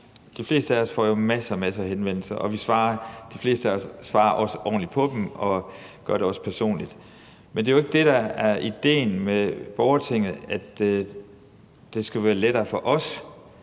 De fleste af os får jo masser og masser af henvendelser, og de fleste af os svarer også ordentligt på dem, og jeg gør det også personligt. Men det, der er idéen med borgertinget, er jo ikke, at det skal være lettere for os.